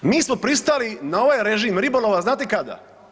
Mi smo pristali na ovaj režim ribolova znate kada?